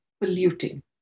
polluting